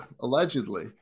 Allegedly